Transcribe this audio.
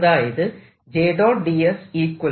അതായത് j